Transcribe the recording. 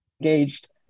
engaged